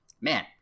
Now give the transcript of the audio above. Man